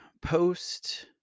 post